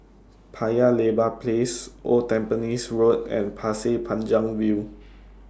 Paya Lebar Place Old Tampines Road and Pasir Panjang View